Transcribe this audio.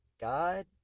God